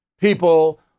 people